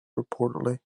reportedly